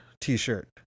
t-shirt